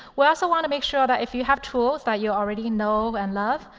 we also want to make sure that if you have tools that you already know and love,